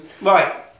Right